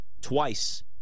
twice